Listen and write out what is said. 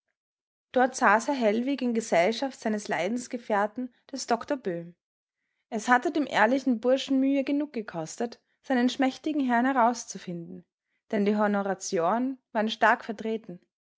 dort saß herr hellwig in gesellschaft seines leidensgefährten des doktor böhm es hatte dem ehrlichen burschen mühe genug gekostet seinen schmächtigen herrn herauszufinden denn die honoratioren waren stark vertreten